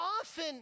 often